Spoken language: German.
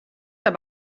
aber